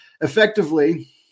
effectively